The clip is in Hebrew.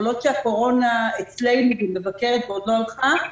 כל עוד הקורונה אצלנו והיא מבקרת ועוד לא הלכה,